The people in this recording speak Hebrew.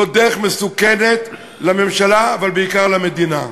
זו דרך מסוכנת לממשלה אבל בעיקר למדינה.